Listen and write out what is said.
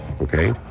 okay